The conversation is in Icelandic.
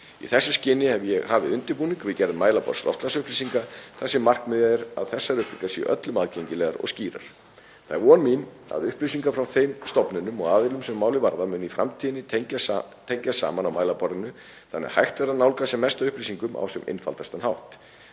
Í þessu skyni hef ég hafið undirbúning við gerð mælaborðs loftslagsupplýsinga þar sem markmiðið er að þessar upplýsingar séu öllum aðgengilegar og skýrar. Það er von mín að upplýsingar frá þeim stofnunum og aðilum sem málið varða muni í framtíðinni tengjast saman á mælaborðinu þannig að hægt verði að nálgast sem mest af upplýsingum á sem einfaldastan hátt.